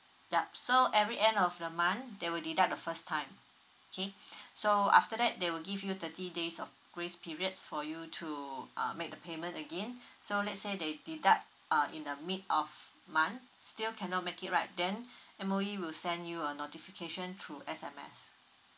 yup so every end of the month they will deduct the first time okay so after that they will give you thirty days of grace periods for you to uh make the payment again so let's say they deduct uh in the mid of month still cannot make it right then M_O_E will send you a notification through S_M_S